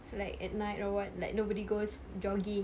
like at night or what like nobody goes jogging